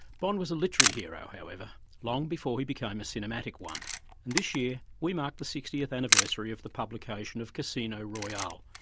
bond was a literary hero however long before he became a cinematic cinematic one and this year we mark the sixtieth anniversary of the publication of casino royale,